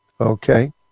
Okay